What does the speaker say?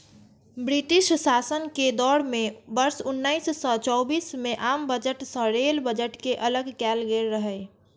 British शासन के दौर मे वर्ष उन्नैस सय चौबीस मे आम बजट सं रेल बजट कें अलग कैल गेल रहै